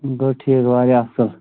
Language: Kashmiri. گوٚو ٹھیٖک واریاہ اصل